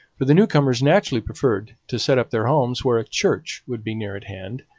for the new-comers naturally preferred to set up their homes where a church would be near at hand,